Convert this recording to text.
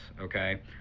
okay